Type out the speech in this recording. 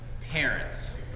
parents